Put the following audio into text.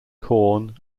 corn